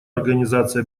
организации